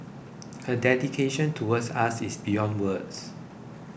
her dedication towards us is beyond words